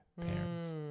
parents